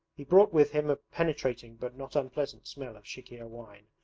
he brought with him a penetrating but not unpleasant smell of chikhir wine,